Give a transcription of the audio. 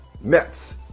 Mets